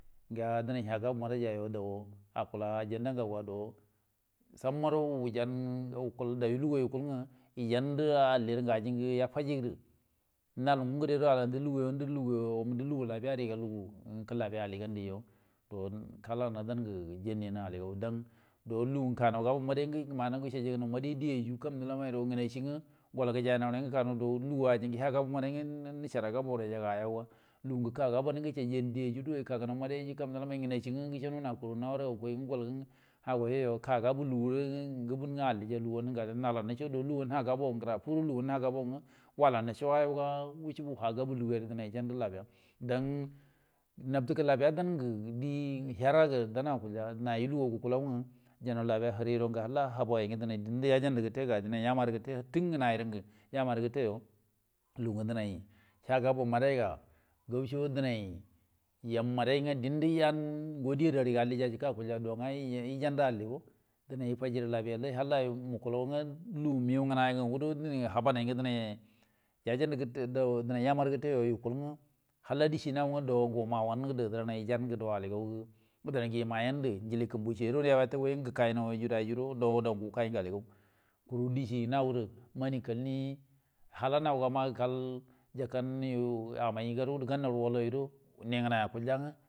Gəa denay nya gabow madayya yo do akula agegola gaw ga dow sammaro wujan do daurə lugu yukul ngwə yəjau də alli rəngə, ajingə yafaji gərə na’al ngungəde guro handə lugu wummu lugu labiyari, lugu kəllabiya aligandi yo do kala’a dan gə do janni’an alligaw, dow lugu ngə ka naw gabow maday ngwə gəmanaw gəcəa jagənaw maday dieyyu, gurao ngaciengwə gol gəjaynawran gəlla naw dow lugu ajingə nya gabow maday ngwə nəcerra gabao rayan ga ayanga, lugu ka gabow maday gəcəajagana maday ngwə gəcengno na kuraga naru ga gukuay gol ngwə aga yoyu ka gabo lugu gabuu ngwə alliya, naco gurə ndo lugu naha gabow ngəra fu guro do wallannə ce ayan ga wucebu waha gabow lugu ya gərə yəjan də labiya dan nante kibabiya dan ngə die herra gə dan’a akulja narə lugu guku law ngwə. Gəjanna labiya hərə yurongə habaay ngə diendə dənay yajan də gəe ga yamarə gəteyo tun ngnay r-ngal ya marə gəteyo lungu dənay yaha gabow maday ga, gawuco dənay yamu madan ngwə diedə yan ngo die ada ri ga allija jəkə akulja dow nga yəjam alligo dənay yəfajirə labiya lay, halla yo mukulaw ngwə məgəw ngnay gaw gurə habbanay ga denay yajau, yama rə gəte yu yukulgwə, halla diecie nawgwə dowugə wuma wan gərə dəran yehangə do aligaw, njilie kumbu cieyya yu guro dow daw gə wukay gə aligaw kuru diecie nawgərə mani kallni hala nawga na gəl kal jaka yu amay garu gərə gannaw rə wallo yu guro nignay akulja ya ngwə.